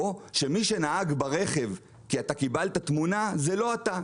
או שמי שנהג ברכב כי אתה קיבלת תמונה, זה לא אתה.